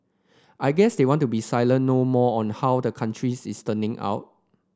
I guess they want to be silent no more on how the country is turning out